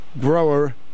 grower